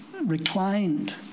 reclined